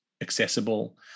accessible